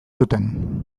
zuten